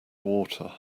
water